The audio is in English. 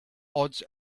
odds